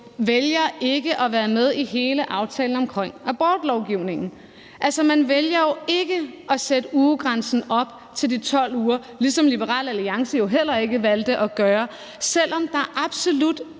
vælger ikke at være med i hele aftalen om abortlovgivningen. Altså, man vælger ikke at sætte ugegrænsen op til de 12 uger, ligesom Liberal Alliance jo heller ikke valgte at gøre det, selv om der absolut